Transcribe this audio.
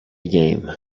game